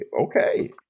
Okay